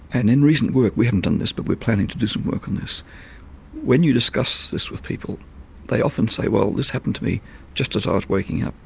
and in recent work we haven't done this but we are planning to do some work on this when you discuss this with people they often say well this happened to me just as i was waking up,